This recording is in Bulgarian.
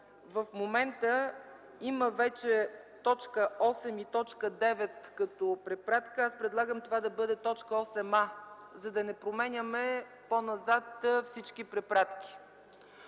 в момента има вече точки 8 и 9 като препратка, аз предлагам това да бъде т. 8а, за да не променяме по-назад всички препратки.